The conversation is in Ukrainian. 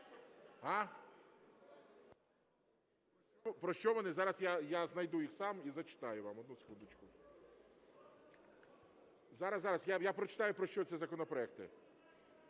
Про що вони? Зараз я знайду їх сам і зачитаю вам, одну секундочку. Зараз, зараз, я прочитаю про що ці законопроекти.